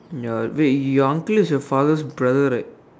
ya wait your uncle is your father's brother right